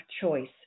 choice